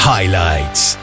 Highlights